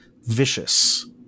vicious